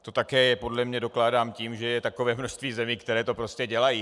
To také podle mě dokládám tím, že je takové množství zemí, které to prostě dělají.